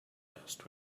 last